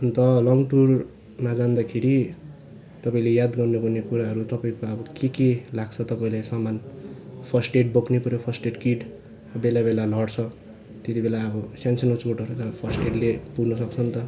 अन्त लङ टुरमा जाँदाखेरि तपाईँले याद गर्नुपर्ने कुराहरू तपाईँको अब के के लाग्छ तपाईँलाई सामान फस्टेड बोक्नै पऱ्यो फस्टेड किट बेला बेला लड्छ त्यतिबेला अब सानसानो चोटहरू त अब फस्टेडले पुर्न सक्छ नि त